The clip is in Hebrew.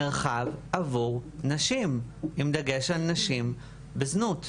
מרחב עבור נשים, עם דגש על נשים בזנות.